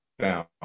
down